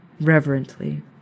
reverently